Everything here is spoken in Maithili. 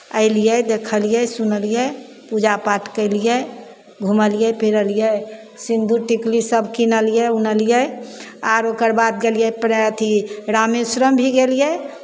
अयलियै देखलियै सुनलियै पूजा पाठ केलियै घुमलियै फिरलियै सिन्दूर टिकली सभ किनलियै उनलियै आर ओकर बाद गेलियै प्रा अथि रामेश्वरम भी गेलियै